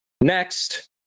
Next